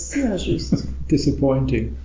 disappointing